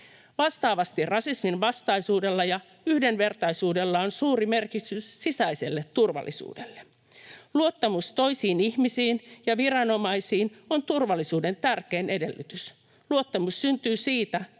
Vastaavasti rasisminvastaisuudella ja yhdenvertaisuudella on suuri merkitys sisäiselle turvallisuudelle. Luottamus toisiin ihmisiin ja viranomaisiin on turvallisuuden tärkein edellytys. Luottamus syntyy siitä,